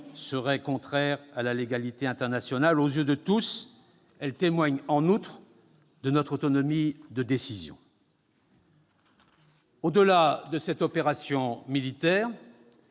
serait contraire à la légalité internationale. Aux yeux de tous, elle témoigne en outre de notre autonomie de décision. Au-delà de cette opération militaire,